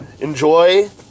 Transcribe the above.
Enjoy